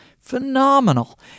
phenomenal